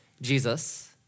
Jesus